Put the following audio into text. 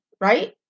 right